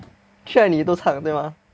去哪里你都唱的对吗